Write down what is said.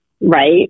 right